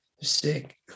sick